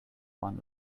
won